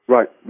Right